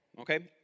okay